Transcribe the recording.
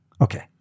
Okay